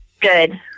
Good